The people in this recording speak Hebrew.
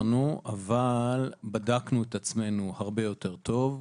לא עצרנו אבל בדקנו את עצמנו הרבה יותר טוב.